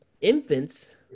infants